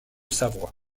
savoie